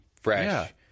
fresh